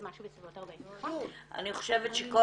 זה משהו בסביבות 40. אני חושבת שכל